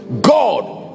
God